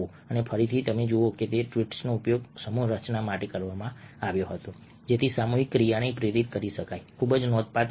અને તેથી તમે જુઓ છો કે ટ્વીટ્સનો ઉપયોગ સમૂહ રચના માટે કરવામાં આવ્યો હતો જેથી સામૂહિક ક્રિયાને પ્રેરિત કરી શકાય ખૂબ જ નોંધપાત્ર રીતે